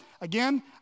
Again